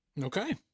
Okay